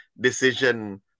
decision